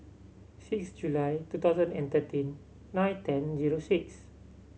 six July two thousand and thirteen nine ten zero six